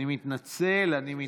אני מתנצל.